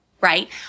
right